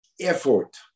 effort